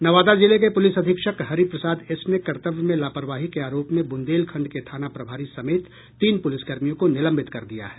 नवादा जिले के पुलिस अधीक्षक हरि प्रसाद एस ने कर्तव्य में लापरवाही के आरोप में बुंदेलखंड के थाना प्रभारी समेत तीन प्रलिसकर्मियों को निलंबित कर दिया है